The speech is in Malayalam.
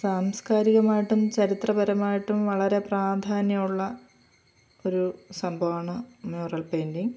സാംസ്കാരികമായിട്ടും ചരിത്രപരമായിട്ടും വളരെ പ്രാധാന്യമുള്ള ഒരു സംഭവമാണ് മ്യൂറൽ പെയിൻ്റിങ്ങ്